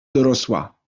dorosła